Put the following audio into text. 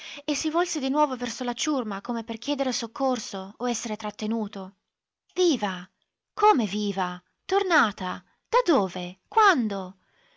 e si volse di nuovo verso la ciurma come per chiedere soccorso o essere trattenuto viva come viva tornata da dove quando